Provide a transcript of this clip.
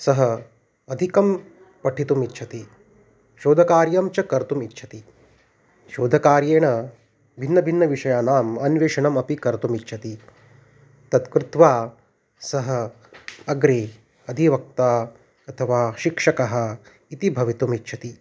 सः अधिकं पठितुम् इच्छति शोधकार्यं च कर्तुम् इच्छति शोधकार्येण भिन्नभिन्नविषयाणाम् अन्वेषणमपि कर्तुम् इच्छति तत् कृत्वा सः अग्रे अधिवक्ता अतवा शिक्षकः इति भवितुम् इच्छति